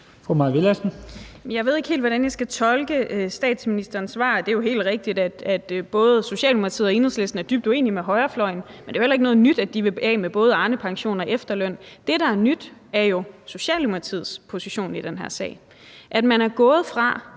Jeg ved ikke helt, hvordan jeg skal tolke statsministerens svar om, at det jo er helt rigtigt, at både Socialdemokratiet og Enhedslisten er dybt uenige med højrefløjen, men det er jo heller ikke noget nyt, at de vil af med både Arnepensionen og efterlønnen. Det, der er nyt, er jo Socialdemokratiets position i den her sag, hvor man tidligere